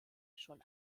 schon